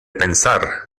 pensar